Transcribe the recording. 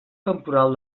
temporal